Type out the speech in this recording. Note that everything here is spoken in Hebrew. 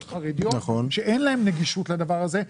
חרדיות שאין להם נגישות לדבר הזה,